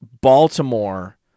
Baltimore